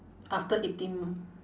after eating